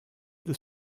the